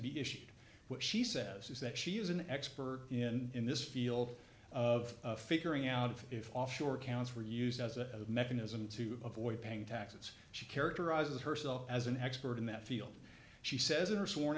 be issued which she says is that she is an expert in in this field of figuring out if offshore accounts were used as a mechanism to avoid paying taxes she characterizes herself as an expert in that field she says or sworn